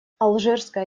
алжирская